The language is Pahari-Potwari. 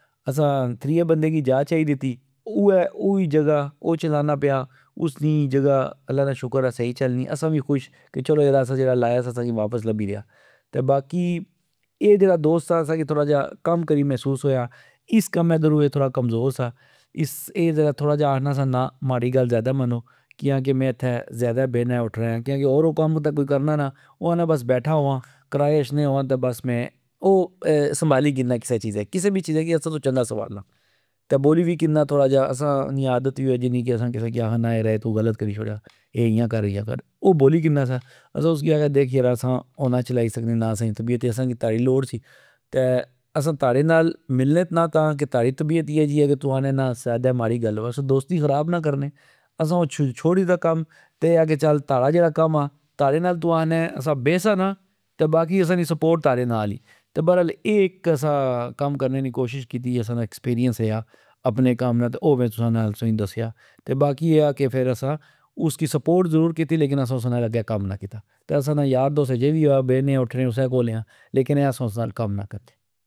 اسا تریہ بندے کی جا چائی دتی اوے او ای جگہ او چلانا پیا اسنی جگہ اللہ نا شکر آ سہی چلنی ،اسا وی خوش کہ چلو یرا اسا جیڑا لایا سا اسا کی واپس لبی ریا تہ باقی ،اے جیڑا دوست سا اسا کی کم کری مہسوس ہویا ۔اس کمہ درو اے تھوڑا کمزور سا ،اے جیڑا تھوڑا آکھنا سا کہ نا ماڑی گل ذئدہ منو کیاکہ مین اتھہ زئدہ بینا اٹھنا کیاکہ ہور او کم کرنا نا او آکھنا بس بیٹھا وا کرائے اچھنے وین تہ میں او سمبالی کنا کسہ چیز کسہ وی چیزہ کی اسا تو چنگا سمبالنا ۔تہ بولی وی کنا تھوڑا ۔اسا نی عادت وی نی کہ اسا کسہ کی آکھا کہ تو اے غلت کری شوڑیا ۔اے ایا کر اے ایا کر اسا اسی آکھیا دیکھ یرا اسا او نا چلائی سکنے نا اسی نی طبیعت ،اسا کی تاڑی لوڑ سی تہ اسا تاڑے نال ملنے ت نا تا کہ تاڑی طبیعت اییہ جہ کہ تو آکھنا نا ذئدا ماڑی گل اسا دوستی خراب نا کرنے ،اسا او چھوڑی دا کم اے آ کہ تاڑا جیڑا کم آ تاڑے نال تو آنا اے اسا بیسا نا ،تہ باقی اسا نی سپورٹ تاڑے نال ای تہ برل اے اک اسا کم کرنے نی کوشش کیتی اسا نا ایکپیریئنس ریا اپنے کم نا تہ او میں تسا کی دسیا ۔باقی اے آ کہ فر اسا اسکی سپورت ضرور کیتی لیکن اسا اس نال اگہ کم نا کیتا ۔تہ اسا نا یار دوست اجے وی آ بینے اٹھنے اسہ کول یا لیکن اے آ کہ اسا اس نال کم نا کرنے۔